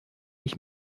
ich